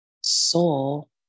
soul